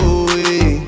away